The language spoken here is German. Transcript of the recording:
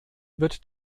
wird